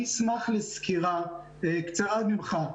אני אשמח לסקירה קצרה ממך,